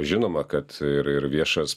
žinoma kad ir ir viešas